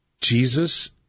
Jesus